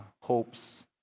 hopes